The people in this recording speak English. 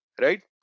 right